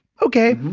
okay,